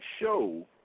show